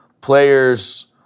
players